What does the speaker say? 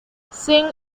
sin